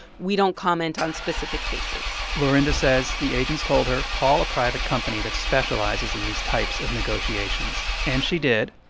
we don't comment on specific cases lorinda says the agents told her, call a private company that specializes in these types of negotiations. and she did.